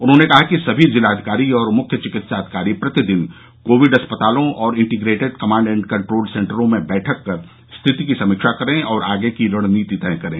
उन्होंने कहा कि सभी जिलाधिकारी और मुख्य चिकित्साधिकारी प्रतिदिन कोविड अस्पतालों और इंटीग्रेटेड कमांड एण्ड कंट्रोल सेन्टरों में बैठक कर स्थिति की समीक्षा करे और आगे की रणनीति तय करे